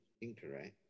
incorrect